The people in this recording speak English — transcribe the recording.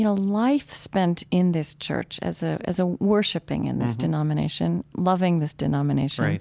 you know life spent in this church as ah as ah worshipping in this denomination, loving this denomination,